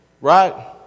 Right